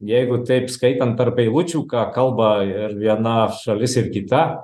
jeigu taip skaitant tarp eilučių ką kalba ir viena šalis ir kita